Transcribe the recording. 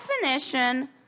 Definition